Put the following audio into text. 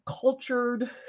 cultured